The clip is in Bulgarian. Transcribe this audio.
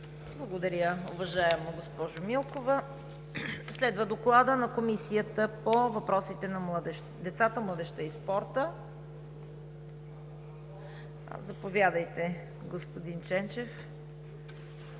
Благодаря, уважаема госпожо Милкова. Следва Докладът на Комисията по въпросите на децата, младежта и спорта. Заповядайте, господин Ченчев.